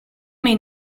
may